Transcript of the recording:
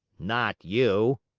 not you,